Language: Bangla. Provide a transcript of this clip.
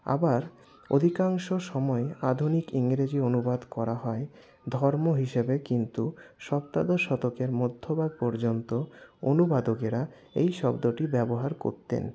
আবার অধিকাংশ সময়ে আধুনিক ইংরেজি অনুবাদ করা হয় ধর্ম হিসেবে কিন্তু সপ্তাদশ শতকের মধ্যভাগ পর্যন্ত অনুবাদকেরা এই শব্দটি ব্যবহার করতেন